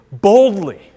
boldly